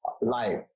life